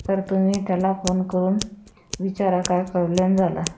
तर तुम्ही त्याला फोन करून विचारा काय प्रॉब्लेम झाला